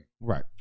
Right